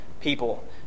people